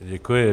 Děkuji.